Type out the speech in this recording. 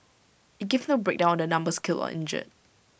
IT gave no breakdown on the numbers killed or injured